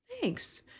Thanks